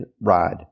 ride